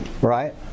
right